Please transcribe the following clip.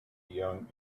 young